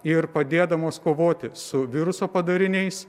ir padėdamos kovoti su viruso padariniais